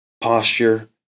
posture